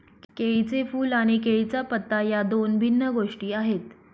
केळीचे फूल आणि केळीचा पत्ता या दोन भिन्न गोष्टी आहेत